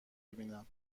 بیاد